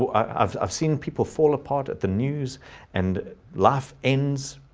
um i've i've seen people fall apart at the news and life ends.